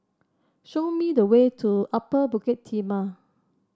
show me the way to Upper Bukit Timah